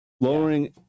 lowering